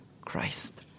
Christ